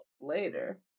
later